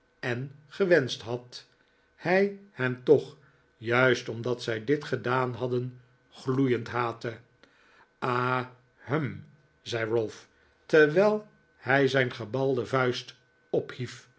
en gewenscht had hij hen toch juist omdat zij dit gedaan hadden gloeiend haatte ah hm zei ralph terwijl hij zijn gebalde vuist